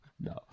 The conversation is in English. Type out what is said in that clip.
no